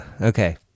Okay